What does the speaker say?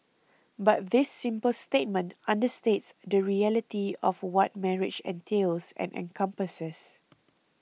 but this simple statement understates the reality of what marriage entails and encompasses